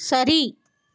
சரி